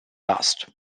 dust